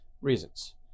reasons